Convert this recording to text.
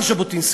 אמר ז'בוטינסקי: